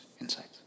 insights